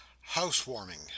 Housewarming